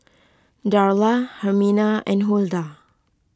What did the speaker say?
Darla Hermina and Huldah